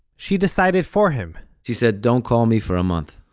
she decided for him she said, don't call me for a month.